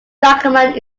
document